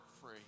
free